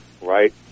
right